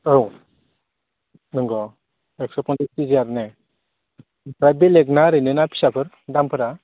औ नोंगौ एक्स' पन्सास के जि आरो ने दा बेलेगना ओरैनो ना फिसाफोर दामफोरा